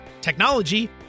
technology